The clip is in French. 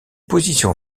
positions